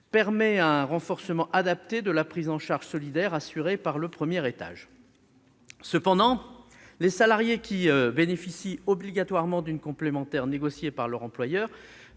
donc un renforcement adapté de la prise en charge solidaire assurée par le premier niveau. Cependant, les salariés qui bénéficient obligatoirement d'une complémentaire négociée par leur employeur